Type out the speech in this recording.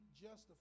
justify